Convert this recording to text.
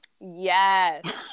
Yes